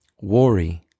Worry